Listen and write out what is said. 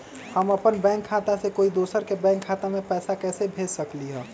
हम अपन बैंक खाता से कोई दोसर के बैंक खाता में पैसा कैसे भेज सकली ह?